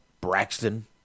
Braxton